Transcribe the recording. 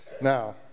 Now